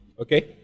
okay